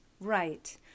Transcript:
Right